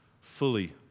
fully